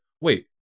wait